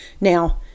Now